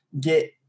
get